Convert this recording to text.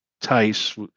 Tice